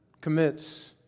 commits